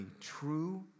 true